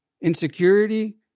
insecurity